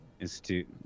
Institute